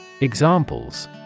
Examples